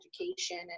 education